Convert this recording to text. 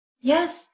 yes